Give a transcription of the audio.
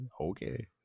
Okay